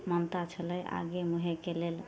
मान्यता छलै आगे महेके लेल